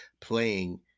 playing